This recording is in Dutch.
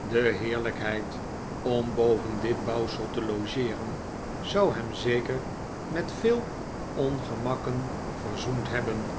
de heerlijkheid om boven dit bouwsel te logeeren zou hem zeker met veel ongemakken verzoend hebben